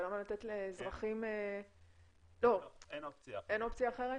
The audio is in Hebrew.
אבל למה לתת לאזרחים --- אין אופציה אחרת.